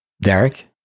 Derek